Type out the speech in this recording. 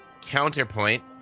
counterpoint